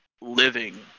living